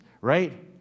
right